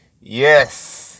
yes